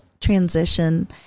transition